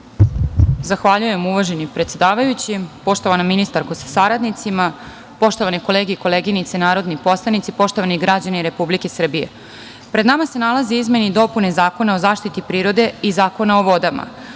Zahvaljujem, uvaženi predsedavajući. Poštovana ministarko sa saradnicima, poštovane kolege i koleginice narodni poslanici, poštovani građani Republike Srbije, pred nama se nalaze izmene i dopune Zakona o zaštiti prirode i Zakona o vodama. Ova